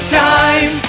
time